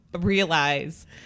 realize